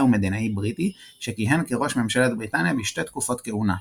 ומדינאי בריטי שכיהן כראש ממשלת בריטניה בשתי תקופות כהונה,